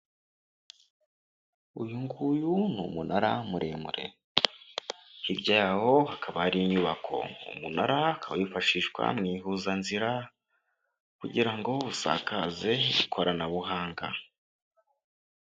Uyu nguyu ni umunara muremure, hirya yawo hakaba hari inyubako, uwo munara ukaba wifashishwa mu ihuzanzira kugira ngo usakaze ikoranabuhanga.